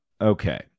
Okay